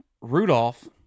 Rudolph